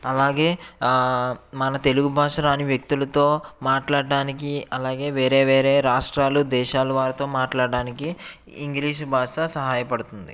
అలాగే మన తెలుగు భాష రాని వ్యక్తులతో మాట్లాడడానికి అలాగే వేరే వేరే రాష్ట్రాలు దేశాలు వారితో మాట్లాడడానికి ఇంగ్లీష్ భాష సహాయపడుతుంది